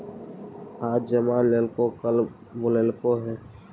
आज जमा लेलको कल बोलैलको हे?